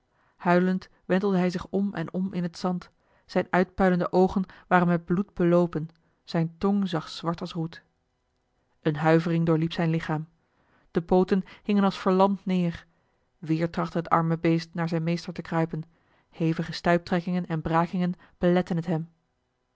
huilend wentelde hij zich om en om in het zand zijne uitpuilende oogen waren met bloed beloopen zijne tong zag zwart als roet eene huivering doorliep zijn lichaam de pooten hingen als verlamd neer weer trachtte het arme beest naar zijn meester te kruipen hevige stuiptrekkingen en brakingen beletten het hem